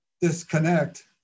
disconnect